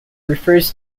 refers